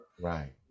Right